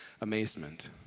amazement